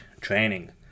training